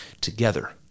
together